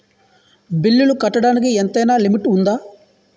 బిల్లులు కట్టడానికి ఎంతైనా లిమిట్ఉందా?